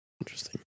Interesting